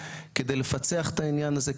כדי לפצח את העניין הזה,